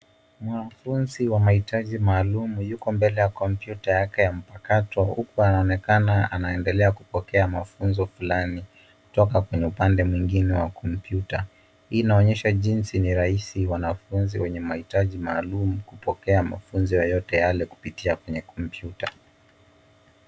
Mwanafunzi wa mahitaji ya maalum yuko mbele ya kompyuta yake ya mpakato huku anaonekana anaendelea kupokea mafunzo fulani kutoka kwenye upande mwengine wa komyuta. Hii inaonyesha jinsi ni rahisi wanafunzi wenye mahitaji maalumkupokea mafunzo yoyote yale kupitia kwenye kompyuta.